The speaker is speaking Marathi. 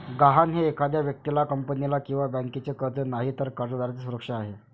गहाण हे एखाद्या व्यक्तीला, कंपनीला किंवा बँकेचे कर्ज नाही, तर कर्जदाराची सुरक्षा आहे